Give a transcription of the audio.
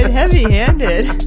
heavy-handed,